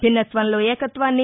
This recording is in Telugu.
భిన్నత్వంలో ఏకత్వాన్ని